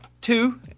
two